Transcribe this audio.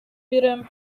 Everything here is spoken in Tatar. бирәм